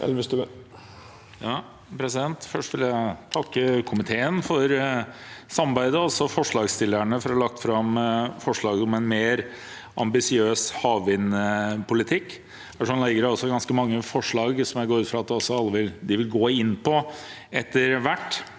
Først vil jeg takke komiteen for samarbeidet og forslagsstillerne for at de har lagt fram forslag om en mer ambisiøs havvindpolitikk. Det er ganske mange forslag, som jeg går ut fra at man vil gå inn på etter hvert.